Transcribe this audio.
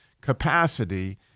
capacity